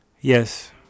Yes